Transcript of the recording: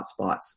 hotspots